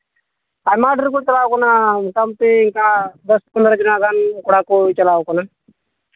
ᱟᱭᱢᱟ ᱰᱷᱮᱹᱨ ᱠᱚ ᱪᱟᱞᱟᱣ ᱠᱟᱱᱟ ᱢᱳᱴᱟᱢᱩᱴᱤ ᱫᱚᱥ ᱯᱚᱱᱨᱚ ᱡᱚᱱᱟ ᱜᱟᱱ ᱠᱚᱲᱟ ᱠᱚ ᱪᱟᱞᱟᱣ ᱠᱟᱱᱟ